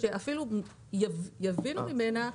שיבינו ממנה.